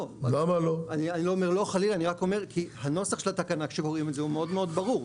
לא, כי הנוסח של התקנה מאוד מאוד ברור.